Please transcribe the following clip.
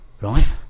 right